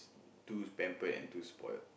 too pampered and too spoilt